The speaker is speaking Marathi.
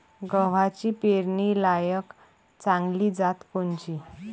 गव्हाची पेरनीलायक चांगली जात कोनची?